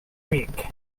week